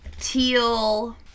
teal